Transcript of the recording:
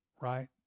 right